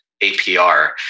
APR